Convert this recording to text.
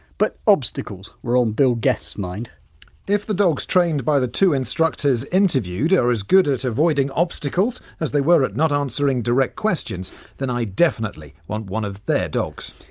but obstacles were on bill guest's if the dogs trained by the two instructors interviewed are as good at avoiding obstacles as they were at not answering direct questions then i definitely want one of their dogs.